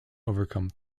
overcome